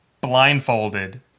blindfolded